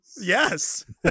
Yes